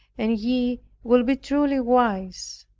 and ye will be truly wise.